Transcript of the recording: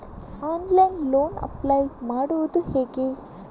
Online loan apply ಮಾಡುವುದು ಹೇಗೆ?